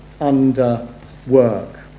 underwork